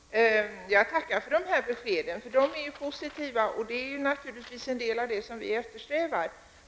Fru talman! Jag tackar för de här beskeden. De är positiva, och detta är naturligtvis en del av det som vi eftersträvar.